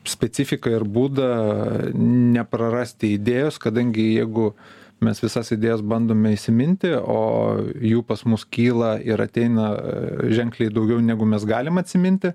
specifiką ir būdą neprarasti idėjos kadangi jeigu mes visas idėjas bandome įsiminti o jų pas mus kyla ir ateina ženkliai daugiau negu mes galim atsiminti